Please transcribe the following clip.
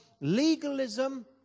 legalism